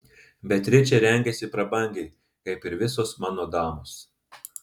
beatričė rengiasi prabangiai kaip ir visos mano damos